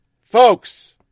folks